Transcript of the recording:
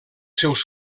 seus